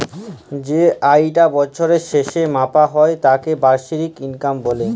যেই আয়িটা বছরের শেসে মাপা হ্যয় তাকে বাৎসরিক ইলকাম ব্যলে